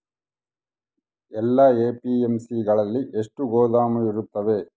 ಎಲ್ಲಾ ಎ.ಪಿ.ಎಮ್.ಸಿ ಗಳಲ್ಲಿ ಎಷ್ಟು ಗೋದಾಮು ಇರುತ್ತವೆ?